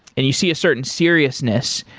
and you see a certain seriousness.